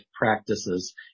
practices